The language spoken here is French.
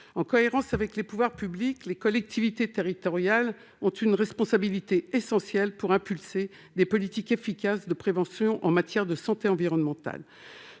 En cohérence avec les pouvoirs publics, les collectivités territoriales ont une responsabilité essentielle pour mettre en oeuvre des politiques efficaces de prévention en matière de santé environnementale.